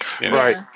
right